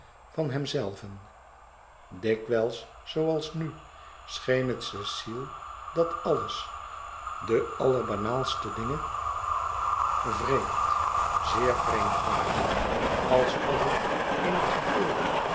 van hèmzelven dikwijls zooals nu scheen het cecile dat alles de allerbanaalste dingen vreemd zeer vreemd waren alsof er in het geheel